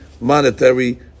monetary